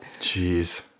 Jeez